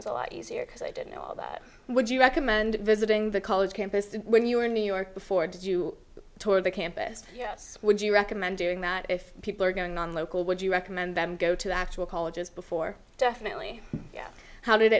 was a lot easier because i didn't know all that would you recommend visiting the college campuses when you were in new york before did you toward the campus yes would you recommend doing that if people are going non local would you recommend them go to the actual colleges before definitely how did